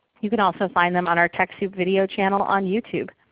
you can also find them on our techsoupvideo channel on youtube.